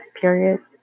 period